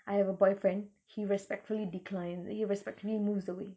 I have a boyfriend he respectfully decline he respectfully moves away